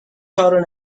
کارو